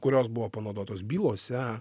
kurios buvo panaudotos bylose